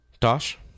Tosh